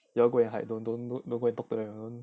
you all go and hide don't don't don't don't go and talk to them